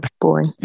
boring